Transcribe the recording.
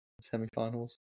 semi-finals